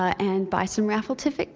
and buy some raffle tiff er,